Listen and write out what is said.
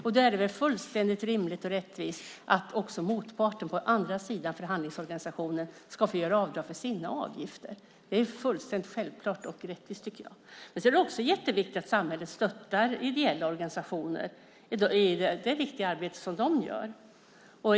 Då är det väl fullständigt rimligt och rättvist att också förhandlingsorganisationen på andra sidan får göra avdrag för sina avgifter. Det är fullständigt självklart och rättvist, tycker jag. Sedan är det också jätteviktigt att samhället stöttar ideella organisationer i det viktiga arbete som de gör.